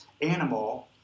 animal